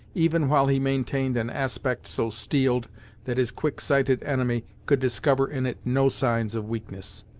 even while he maintained an aspect so steeled that his quick sighted enemy could discover in it no signs of weakness.